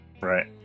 Right